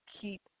keep